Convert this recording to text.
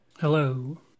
Hello